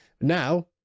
Now